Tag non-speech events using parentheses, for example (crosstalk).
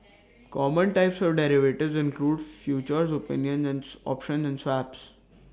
(noise) common types of derivatives include futures opinion and options and swaps